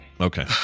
Okay